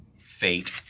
fate